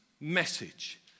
message